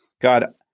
God